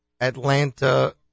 Atlanta